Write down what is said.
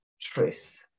truth